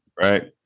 Right